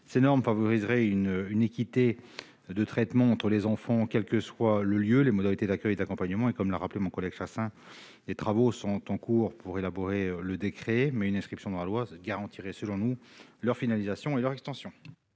d'établir favoriseraient un traitement équitable des enfants, indépendamment du lieu, des modalités d'accueil et d'accompagnement. Comme l'a rappelé mon collègue Daniel Chasseing, des travaux sont en cours pour élaborer le décret, mais une inscription dans la loi garantirait, selon nous, leur finalisation et leur extension.